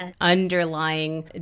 underlying